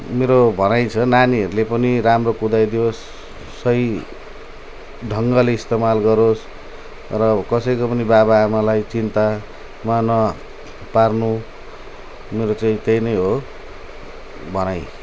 मेरो भनाइ छ नानीहरूले पनि राम्रो कुदाइदियोस् सही ढङ्गले इस्तेमाल गरोस् र कसैको पनि बाबाआमालाई चिन्तामा नपार्नु मेरो चाहिँ त्यही नै हो भनाइ